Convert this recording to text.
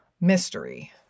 mystery